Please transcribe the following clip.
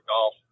golf